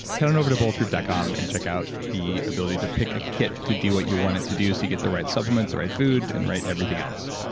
head on over to bulletproof dot com and check out the ability to pick a kit to do what you want it to do, so that you get the right supplements, the right food and right everything else